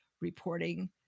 reporting